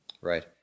Right